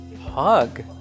hug